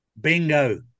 bingo